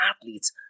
athletes